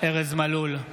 ארז מלול,